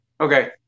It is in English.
Okay